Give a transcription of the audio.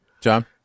John